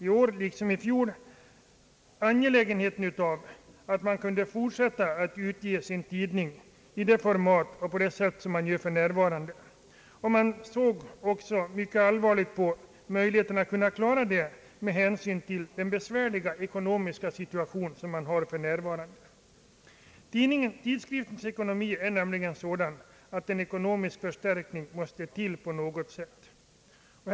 I år liksom i fjol underströks angelägenheten av att man kunde fortsätta att utge sin tidning i den form och på det sätt som man nu gör, Landsmötet såg mycket allvarligt på möjligheten att klara utgivningen med hänsyn till den besvärliga ekonomiska situationen just nu. Tidskriftens ekonomi är sådan att en ekonomisk förstärkning på något sätt måste till.